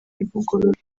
ivugurura